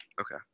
Okay